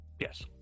yes